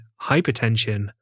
hypertension